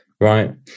right